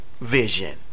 Vision